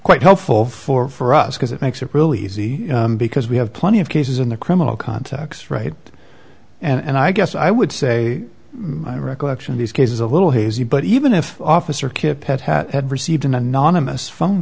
quite helpful for for us because it makes it really easy because we have plenty of cases in the criminal context right and i guess i would say my recollection of these cases a little hazy but even if officer kip had had received an anonymous phone